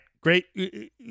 great